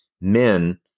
men